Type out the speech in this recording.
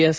S